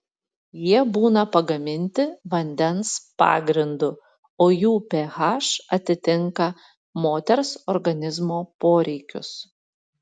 jie būna pagaminti vandens pagrindu o jų ph atitinka moters organizmo poreikius